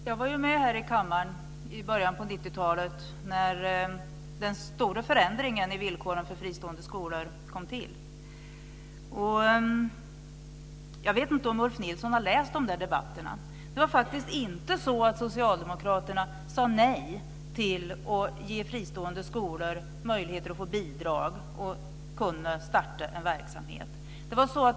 Herr talman! Jag var ju med här i kammaren i början av 90-talet när den stora förändringen i villkoren för fristående skolor kom till. Jag vet inte om Ulf Nilsson har läst de debatterna. Det var faktiskt inte så att socialdemokraterna sade nej till att ge fristående skolor möjligheter att få bidrag och starta en verksamhet.